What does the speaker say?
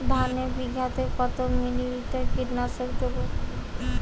ধানে বিঘাতে কত মিলি লিটার কীটনাশক দেবো?